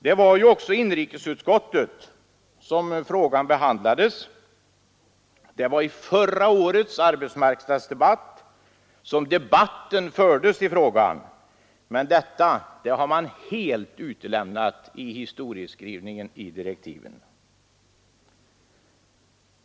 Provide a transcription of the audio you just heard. Det var ju också i inrikesutskottet som frågan behandlades och i förra årets arbetsmarknadsdebatt som den diskuterades, men detta har man helt utelämnat i historieskrivningen i direktiven.